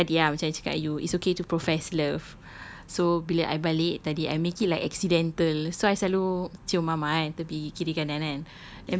like tadi ah macam I cakap dengan you it's okay to profess love so bila I balik tadi I make it like accidental so I selalu cium mama kan tepi kiri kanan kan